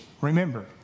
Remember